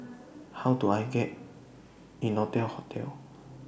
How Do I get Innotel Hotel